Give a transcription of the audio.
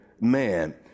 man